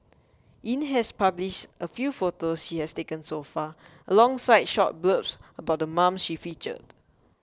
Yin has published a few photos she has taken so far alongside short blurbs about the moms she featured